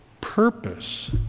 purpose